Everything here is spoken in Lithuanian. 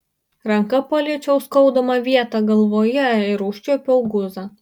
ranka paliečiau skaudamą vietą galvoje ir užčiuopiau guzą